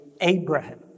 Abraham